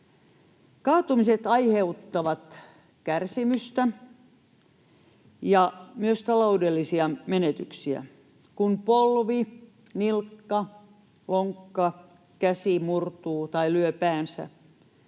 Kaatumiset aiheuttavat kärsimystä ja myös taloudellisia menetyksiä. Kun polvi, nilkka, lonkka tai käsi murtuu tai kun lyö päänsä,